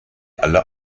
alle